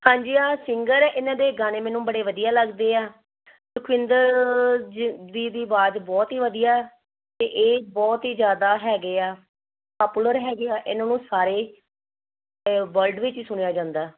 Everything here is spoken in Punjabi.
ਹਾਂਜੀ ਆਹ ਸਿੰਗਰ ਹੈ ਇਹਨਾਂ ਦੇ ਗਾਣੇ ਮੈਨੂੰ ਬੜੇ ਵਧੀਆ ਲੱਗਦੇ ਆ ਸੁਖਵਿੰਦਰ ਜੀ ਦੀ ਆਵਾਜ਼ ਬਹੁਤ ਹੀ ਵਧੀਆ ਅਤੇ ਇਹ ਬਹੁਤ ਹੀ ਜ਼ਿਆਦਾ ਹੈਗੇ ਆ ਪੋਪੂਲਰ ਹੈਗੇ ਆ ਇਹਨਾਂ ਨੂੰ ਸਾਰੇ ਵਲਡ ਵਿੱਚ ਸੁਣਿਆ ਜਾਂਦਾ